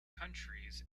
countries